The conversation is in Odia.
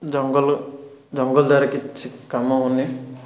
ଜଙ୍ଗଲ ଜଙ୍ଗଲ ଦ୍ୱାରା କିଛି କାମ ହେଉନି